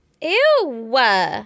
Ew